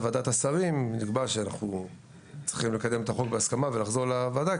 נקבע שאנחנו צריכים לקדם את החוק בהסכמה ולחזור לוועדה,